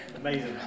Amazing